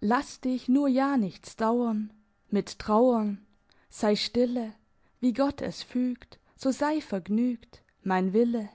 lass dich nur ja nichts dauern mit trauern sei stille wie gott es fügt so sei vergnügt mein wille